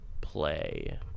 play